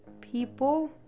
people